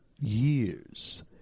years